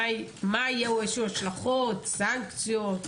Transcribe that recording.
היו איזשהן השלכות, סנקציות?